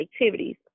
activities